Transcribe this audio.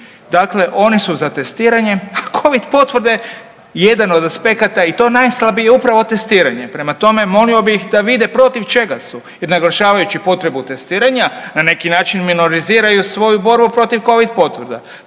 Dakle, oni su za testiranje, a Covid potvrde jedan od aspekta i to najslabije upravo testiranje. Prema tome, molio bih da vide protiv čega su jer naglašavajući potrebu testiranja na neki način minoriziraju svoju borbu protiv Covid potvrda.